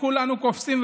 כולנו קופצים,